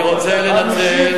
אני רוצה לנצל,